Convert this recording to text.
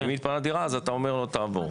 אם מתפנה דירה אז אתה אומר לו תעבור.